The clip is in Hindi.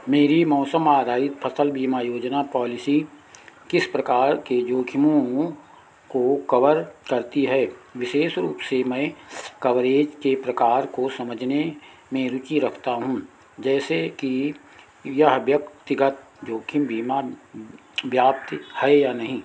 मेरी मौसम आधारित फसल बीमा योजना पॉलिसी किस प्रकार के जोखिमों को कवर करती है विशेष रूप से मैं कवरेज के प्रकार को समझने में रुचि रखता हूँ जैसे कि यह व्यक्तिगत जोखिम बीमा व्याप्ति है या नहीं